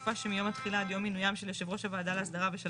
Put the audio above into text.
בתקופה שמיום התחילה עד יום מינויים של יושב ראש הוועדה להסדרה ושל